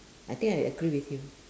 I think I agree with you